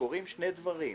קורים שני דברים.